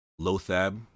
Lothab